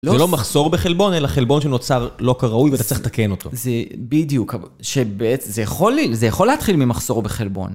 זה לא מחסור בחלבון, אלא חלבון שנוצר לא כראוי ואתה צריך לתקן אותו. זה... בדיוק, אבל... שבעצם... זה... זה יכול להתחיל ממחסור בחלבון.